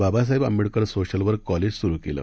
Babasaheb Ambedkar social work college सुरु केलं